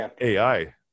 AI